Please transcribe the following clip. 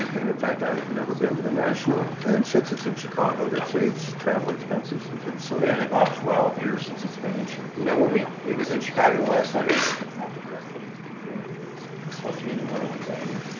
and in fact, i have never been to the national and since it's in chicago that saves travel expenses and things so. and about twelve here since it's finished, you know when we it was in chicago the last time after hurricane katrina is supposed to be in new orleans that year.